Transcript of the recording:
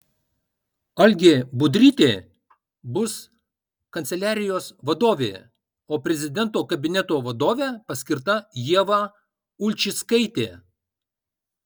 algė budrytė bus kanceliarijos vadovė o prezidento kabineto vadove paskirta ieva ulčickaitė